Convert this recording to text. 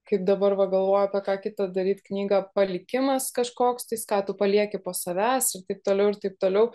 kaip dabar va galvoju apie ką kitą daryt knygą palikimas kažkoks tai ką tu palieki po savęs ir taip toliau ir taip toliau